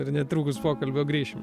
ir netrukus pokalbio grįšim